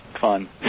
fun